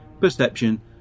Perception